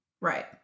right